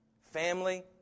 Family